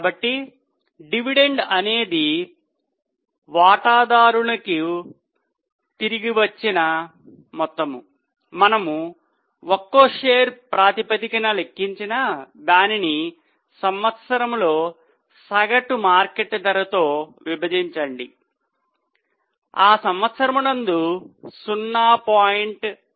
కాబట్టి డివిడెండ్ అనేది వాటాదారునికి తిరిగి రావడం మనము ఒక్కో షేర్ ప్రాతిపదికన లెక్కించిన దానిని సంవత్సరంలో సగటు మార్కెట్ ధరతో విభజించండిఆ సంవత్సరము నందు 0